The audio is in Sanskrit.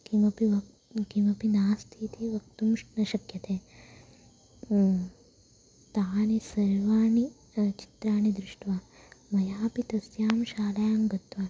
किमपि वक् किमपि नास्ति इति वक्तुं श् न शक्यते तानि सर्वाणि चित्राणि दृष्ट्वा मयापि तस्यां शालायां गत्वा